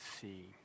see